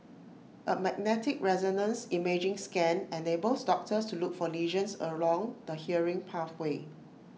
A magnetic resonance imaging scan enables doctors to look for lesions along the hearing pathway